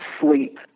sleep